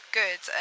good